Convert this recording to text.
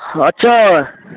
हँ अच्छा